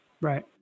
Right